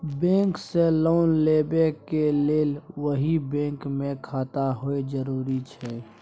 Bank से लोन लेबै के लेल वही बैंक मे खाता होय जरुरी छै?